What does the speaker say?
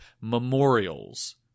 memorials